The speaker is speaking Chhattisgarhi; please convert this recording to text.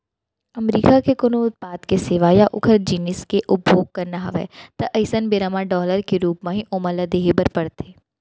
अमरीका के कोनो उत्पाद के सेवा या ओखर जिनिस के उपभोग करना हवय ता अइसन बेरा म डॉलर के रुप म ही ओमन ल देहे बर परथे